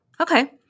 Okay